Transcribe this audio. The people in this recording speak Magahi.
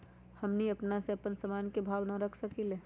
हमनी अपना से अपना सामन के भाव न रख सकींले?